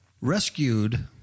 rescued